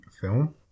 film